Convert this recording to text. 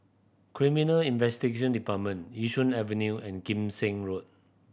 Criminal Investigation Department Yishun Avenue and Kim Seng Road